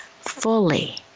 fully